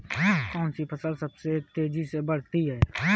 कौनसी फसल सबसे तेज़ी से बढ़ती है?